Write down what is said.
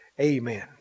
Amen